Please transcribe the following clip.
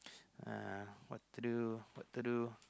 uh what to do what to do